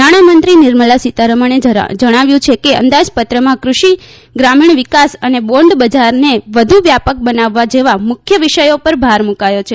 નાણામંત્રી નિર્મલા સીતારમણે જણાવ્યું છે કે અંદાજપત્રમાં કૃષિ ગ્રામીમ વિકાસ અને બોન્ડ બજારને વધુ વ્યાપક બનાવવા જેવા મુખ્ય વિષયો પર ભાર મૂકાયો છે